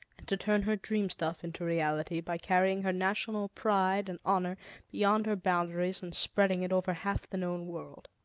and to turn her dream-stuff into reality by carrying her national pride and honor beyond her boundaries and spreading it over half the known world.